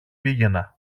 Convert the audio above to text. πήγαινα